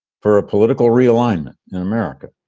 for a political realignment in america,